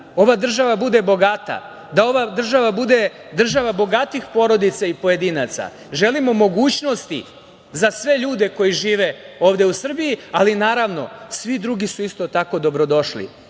ova država bude bogata, da ova država bude država bogatih porodica i pojedinaca. Želimo mogućnosti za sve ljude koji žive ovde u Srbiji. Naravno, svi drugi su isto tako dobrodošli